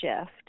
shift